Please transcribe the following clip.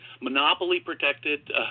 Monopoly-protected